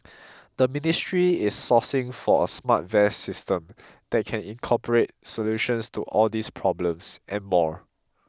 the ministry is sourcing for a smart vest system that can incorporate solutions to all these problems and more